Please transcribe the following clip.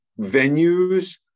venues